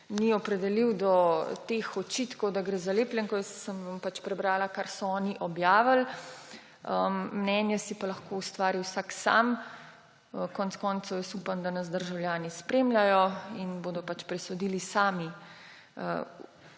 ni opredelil do očitkov, da gre za lepljenko, sem vam pač prebrala, kar so oni objavil. Mnenje pa si lahko ustvari vsak sam. Konec koncev upam, da nas državljani spremljajo in bodo presodili sami,